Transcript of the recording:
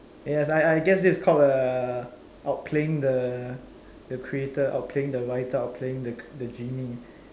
yes I I guess this is called uh outplaying the the creator outplaying the writer outplaying the the genie